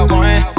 one